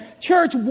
Church